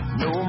no